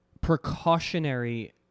precautionary